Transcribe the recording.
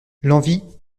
l’envie